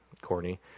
Corny